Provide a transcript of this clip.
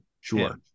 Sure